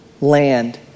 land